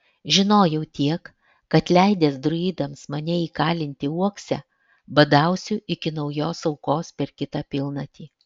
žinojau tiek kad leidęs druidams mane įkalinti uokse badausiu iki naujos aukos per kitą pilnatį